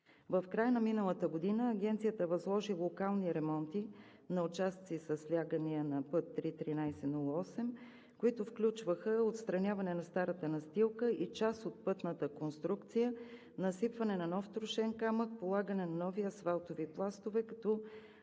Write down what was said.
В края на миналата година Агенцията възложи локални ремонти на участъци със слягания на път III-1308, които включваха отстраняване на старата настилка и част от пътната конструкция, насипване на нов трошен камък, полагане на нови асфалтови пластове, като